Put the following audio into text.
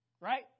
right